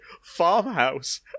farmhouse